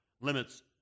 limits